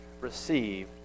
receive